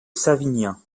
savinien